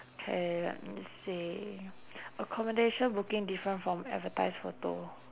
K let me see accommodation booking different from advertise photo